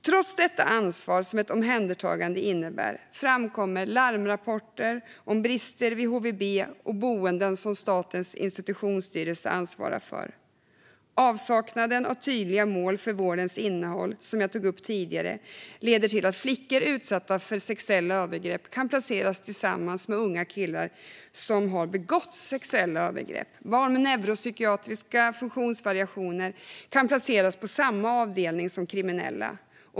Trots det ansvar som ett omhändertagande innebär kommer det larmrapporter om brister vid HVB-hem och boenden som Statens institutionsstyrelse ansvarar för. Avsaknaden av tydliga mål för vårdens innehåll, som jag tog upp tidigare, leder till att flickor utsatta för sexuella övergrepp kan placeras tillsammans med unga killar som har begått sexuella övergrepp och till att barn med neuropsykiatriska funktionsvariationer kan placeras på samma avdelning som kriminella.